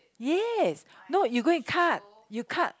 yes no you go and cut you cut